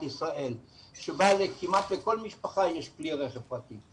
ישראל שבה כמעט לכל משפחה יש כלי רכב פרטי,